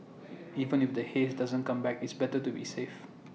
even if the haze doesn't come back it's better to be safe